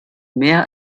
mehr